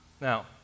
Now